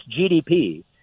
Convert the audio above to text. GDP